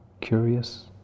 curious